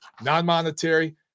non-monetary